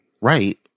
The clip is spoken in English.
Right